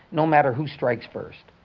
no matter who strikes first.